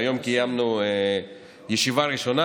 והיום קיימנו ישיבה ראשונה,